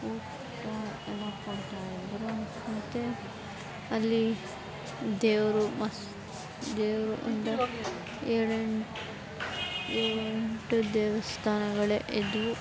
ಊಟ ಎಲ್ಲ ಕೊಡ್ತಾಯಿದ್ದರು ಮತ್ತು ಅಲ್ಲಿ ದೇವರು ಮಸ್ತ್ ದೇವರು ಒಂದು ಏಳೆಂಟು ಏಳೆಂಟು ದೇವಸ್ಥಾನಗಳೇ ಇದ್ದವು